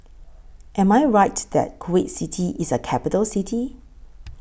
Am I Right that Kuwait City IS A Capital City